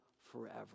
forever